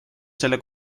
selle